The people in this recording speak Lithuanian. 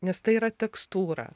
nes tai yra tekstūra